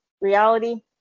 reality